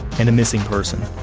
and a missing person.